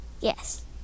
Yes